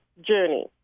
journey